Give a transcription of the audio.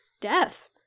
death